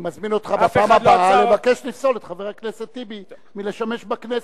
אני מזמין אותך בפעם הבאה לבקש לפסול את חבר הכנסת טיבי מלשמש בכנסת.